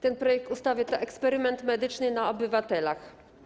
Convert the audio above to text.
Ten projekt ustawy to eksperyment medyczny na obywatelach.